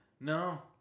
No